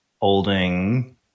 holding